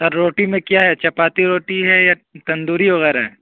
سر روٹی میں کیا ہے چپاتی روٹی ہے یا تندوری وغیرہ ہے